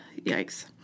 Yikes